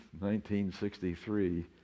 1963